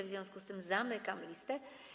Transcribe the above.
W związku z tym zamykam listę.